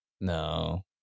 No